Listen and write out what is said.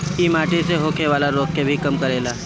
इ माटी से होखेवाला रोग के भी कम करेला